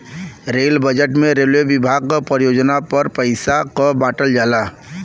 rail budget में railway विभाग क परियोजना पर पइसा क बांटल जाला